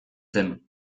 zen